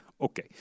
Okay